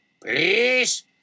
Please